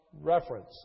reference